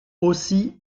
aussi